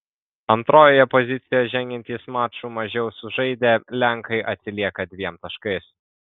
antrojoje pozicijoje žengiantys maču mažiau sužaidę lenkai atsilieka dviem taškais